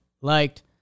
liked